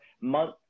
month